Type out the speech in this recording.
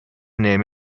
name